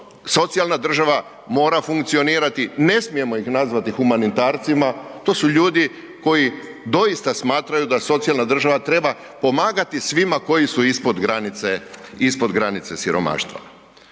socijalna država mora funkcionirati, ne smijemo ih nazvati humanitarcima, to su ljudi koji doista smatraju da socijalna država treba pomagati svima koji su ispod granice, ispod